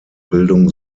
bildung